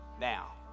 now